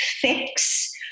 fix